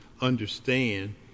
understand